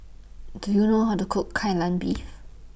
Do YOU know How to Cook Kai Lan Beef